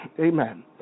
Amen